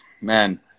man